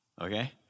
okay